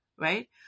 right